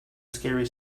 scary